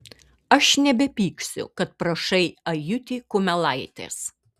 aš nebepyksiu kad prašai ajutį kumelaitės